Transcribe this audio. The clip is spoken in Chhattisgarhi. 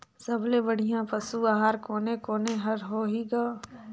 सबले बढ़िया पशु आहार कोने कोने हर होही ग?